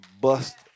bust